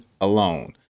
alone